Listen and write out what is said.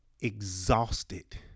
exhausted